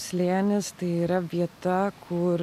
slėnis tai yra vieta kur